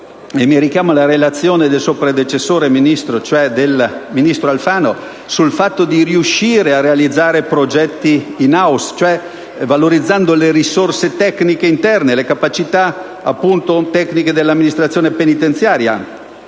mi richiamo alla relazione del suo predecessore, Ministro, l'onorevole Alfano, - la scelta di riuscire a realizzare progetti *in house*, valorizzando le risorse tecniche interne, le capacità tecniche dell'amministrazione penitenziaria.